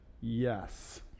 yes